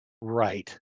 right